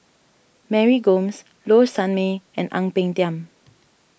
Mary Gomes Low Sanmay and Ang Peng Tiam